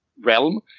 realm